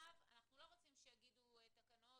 אנחנו לא רוצים שיגידו תקנות,